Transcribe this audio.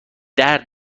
درد